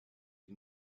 die